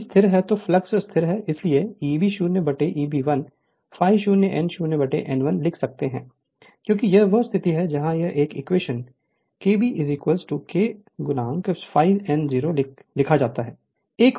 यदि स्थिर है तो फ्लक्स स्थिर है इसलिए Eb0 Eb1 ∅0 n 0 n 1 लिख सकता है क्योंकि यह वह स्थिति है जहां से एक इक्वेशन Eb0 K ∅ 0 n 0 लिख सकते हैं